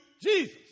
Jesus